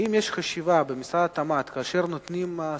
האם יש חשיבה במשרד התמ"ת כאשר נותנים סובסידיות,